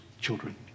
children